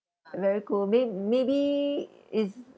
very cool may~ maybe is